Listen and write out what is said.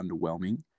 underwhelming